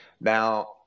Now